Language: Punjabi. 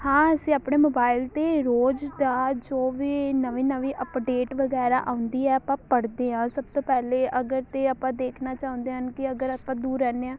ਹਾਂ ਅਸੀਂ ਆਪਣੇ ਮੋਬਾਇਲ 'ਤੇ ਰੋਜ਼ ਦਾ ਜੋ ਵੀ ਨਵੀਂ ਨਵੀਂ ਅਪਡੇਟ ਵਗੈਰਾ ਆਉਂਦੀ ਹੈ ਆਪਾਂ ਪੜ੍ਹਦੇ ਹਾਂ ਸਭ ਤੋਂ ਪਹਿਲੇ ਅਗਰ ਅਤੇ ਆਪਾਂ ਦੇਖਣਾ ਚਾਹੁੰਦੇ ਹਨ ਕਿ ਅਗਰ ਆਪਾਂ ਦੂਰ ਰਹਿੰਦੇ ਹਾਂ